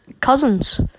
Cousins